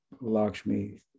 Lakshmi